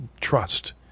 trust